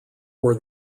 were